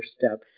step